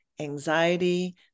anxiety